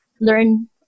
learn